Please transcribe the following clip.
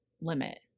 limit